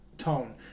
tone